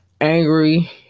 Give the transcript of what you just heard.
angry